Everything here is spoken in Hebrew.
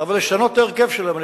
אבל לשנות את ההרכב שלהן.